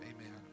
Amen